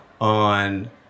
on